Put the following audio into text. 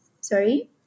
sorry